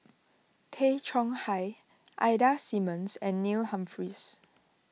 Tay Chong Hai Ida Simmons and Neil Humphreys